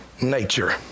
nature